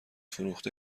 فروخته